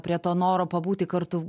prie to noro pabūti kartu